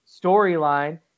storyline